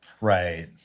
Right